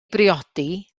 briodi